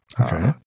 Okay